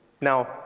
Now